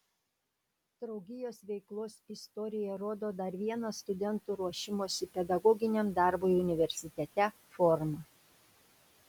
draugijos veiklos istorija rodo dar vieną studentų ruošimosi pedagoginiam darbui universitete formą